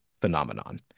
phenomenon